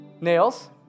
nails